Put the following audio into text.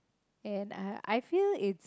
and I I feel it's